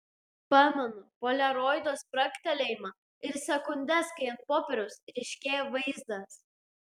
pamenu poliaroido spragtelėjimą ir sekundes kai ant popieriaus ryškėja vaizdas